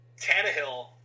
Tannehill